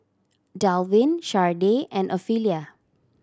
Dalvin Shardae and Ofelia